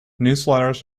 newsletters